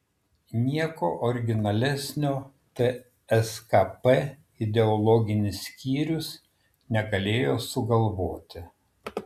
nieko originalesnio tskp ideologinis skyrius negalėjo sugalvoti